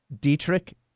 Dietrich